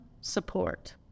support